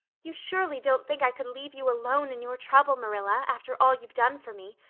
you surely don't think i could leave you alone in your trouble, marilla, after all you've done for me.